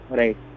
right